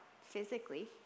physically